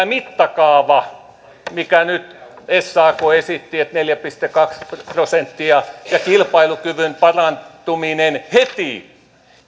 mittakaavaa minkä nyt sak esitti että neljä pilkku kaksi prosenttia ja kilpailukyvyn parantuminen heti